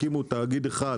תקימו תאגיד אחד